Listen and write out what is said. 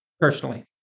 personally